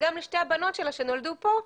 וגם לשתי הבנות שלה שנולדו פה,